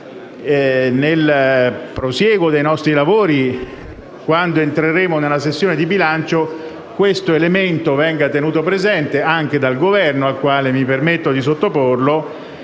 nel prosieguo dei nostri lavori, quando entreremo nella sessione di bilancio, questo elemento venga tenuto presente anche dal Governo, al quale mi permetto di sottoporlo